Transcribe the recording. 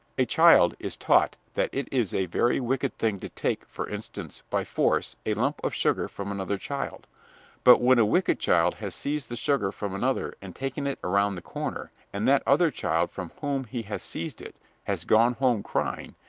a child is taught that it is a very wicked thing to take, for instance, by force, a lump of sugar from another child but when a wicked child has seized the sugar from another and taken it around the corner, and that other child from whom he has seized it has gone home crying,